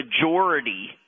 majority